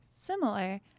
similar